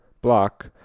block